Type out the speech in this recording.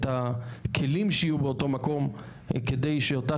את הכלים שיהיו באותו מקום כדי שאותה